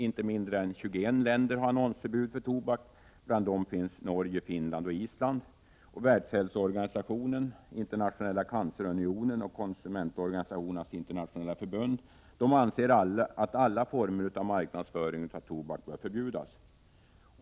Inte mindre än 21 länder har annonsförbud när det gäller tobak, bl.a. Norge, Finland och Island. Världshälsoorganisationen, Internationella cancerunionen och Konsumentorganisationernas internationella förbund anser att alla former av marknadsföring av tobak bör förbjudas.